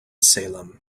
salem